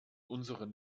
unseren